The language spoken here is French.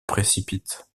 précipitent